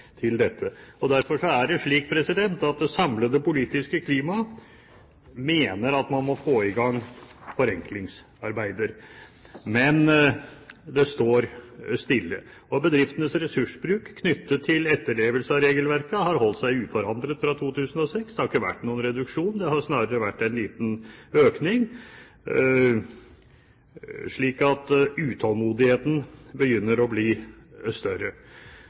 til dette. Derfor er det slik at det samlede politiske klima mener at man må få i gang forenklingsarbeider. Men det står stille. Bedriftenes ressursbruk knyttet til etterlevelse av regelverket har holdt seg uforandret fra 2006. Det har ikke vært noen reduksjon, det har snarere vært en liten økning, slik at utålmodigheten begynner å bli større.